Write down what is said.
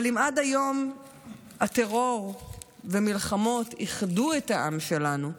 אבל עד היום הטרור ומלחמות איחדו את העם שלנו,